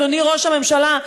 אדוני ראש הממשלה,